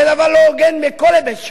זה דבר לא הוגן מכל היבט שהוא.